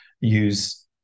use